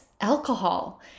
alcohol